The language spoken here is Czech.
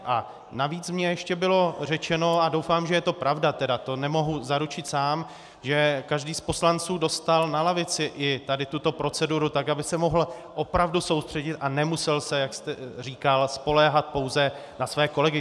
A navíc mně ještě bylo řečeno a doufám, že je to pravda, tedy, to nemohu zaručit sám, že každý z poslanců dostal na lavici i tuto proceduru, tak aby se mohl opravdu soustředit a nemusel se, jak jste říkal, spoléhat pouze na své kolegy.